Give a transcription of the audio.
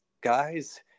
guys